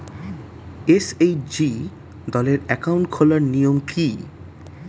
SHG দলের account খোলার নিয়ম কী?